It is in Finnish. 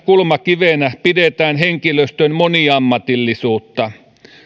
kulmakivenä pidetään henkilöstön moniammatillisuutta